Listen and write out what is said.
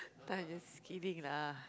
I just kidding lah